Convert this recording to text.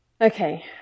okay